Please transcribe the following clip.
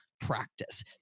practice